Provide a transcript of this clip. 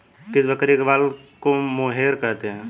किस बकरी के बाल को मोहेयर कहते हैं?